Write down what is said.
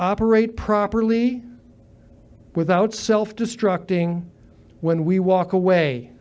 operate properly without self destructing when we walk away